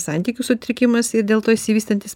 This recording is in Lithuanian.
santykių sutrikimas ir dėl to išsivystantis